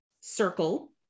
circle